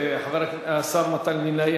השר מתן וילנאי,